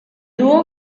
dúo